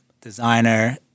designer